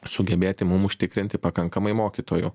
sugebėti mum užtikrinti pakankamai mokytojų